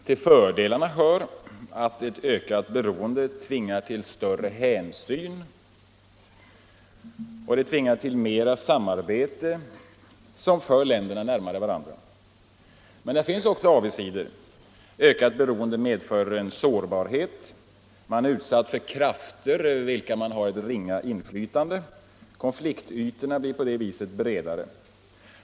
Till fördelarna hör att ett ökat beroende tvingar till större hänsyn och till mer samarbete som för länderna närmare varandra. Men där finns också avigsidor. Ökat beroende medför en sårbarhet. Man är utsatt för krafter över vilka man har ett ringa inflytande. Konfliktytorna blir på så vis bredare.